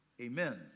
Amen